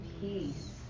peace